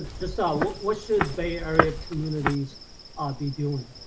ah just ah what what should bay area communities um be doing?